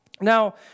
Now